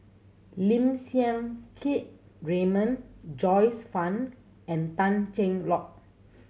Lim Siang Keat Raymond Joyce Fan and Tan Cheng Lock